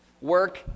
Work